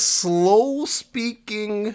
slow-speaking